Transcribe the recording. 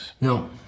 No